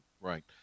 Right